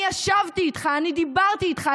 אני ישבתי איתך, אני דיברתי איתך.